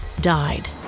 died